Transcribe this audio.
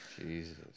Jesus